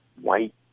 white